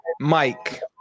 Mike